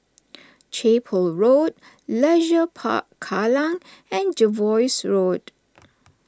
Chapel Road Leisure Park Kallang and Jervois Road